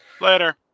Later